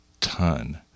ton